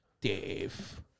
Dave